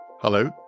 Hello